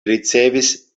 ricevis